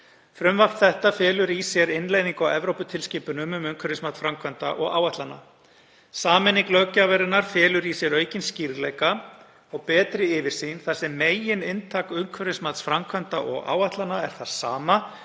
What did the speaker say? Frumvarpið felur í sér innleiðingu á Evróputilskipunum um umhverfismat framkvæmda og áætlana. Sameining löggjafarinnar felur í sér aukinn skýrleika og betri yfirsýn þar sem megininntak umhverfismats framkvæmda og áætlana er það sama